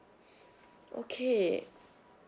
okay